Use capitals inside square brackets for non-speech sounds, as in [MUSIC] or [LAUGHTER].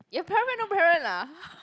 your parent no parent ah [LAUGHS]